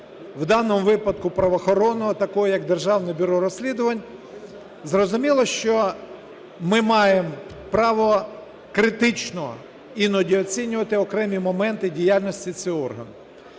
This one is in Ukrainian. в даному випадку правоохоронного, такого як Державне бюро розслідувань. Зрозуміло, що ми маємо право критично іноді оцінювати окремі моменти діяльності цього органу.